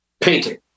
painting